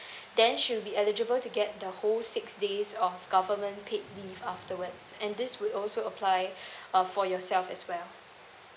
then she will be eligible to get the whole six days of government paid leave afterwards and this would also apply uh for yourself as well